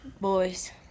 Boys